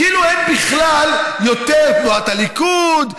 כאילו אין בכלל יותר תנועת הליכוד,